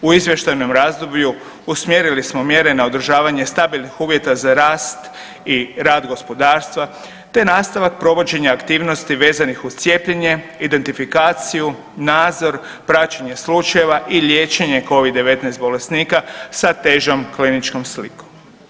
U izvještajnom razdoblju, usmjerili smo mjere na održavanje stabilnih uvjeta za rast i rad gospodarstva te nastavak provođenja aktivnosti vezanih uz cijepljenje, identifikaciju, nadzor, praćenje slučajeva i liječenje Covid-19 bolesnika sa težom kliničkom slikom.